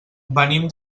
venim